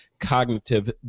cognitive